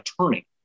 attorney